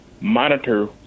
monitor